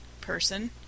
person